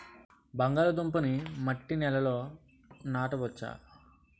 బంగాళదుంప నీ మట్టి నేలల్లో నాట వచ్చా?